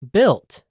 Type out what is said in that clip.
Built